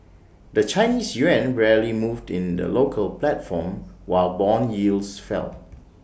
the Chinese Yuan barely moved in the local platform while Bond yields fell